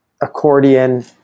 accordion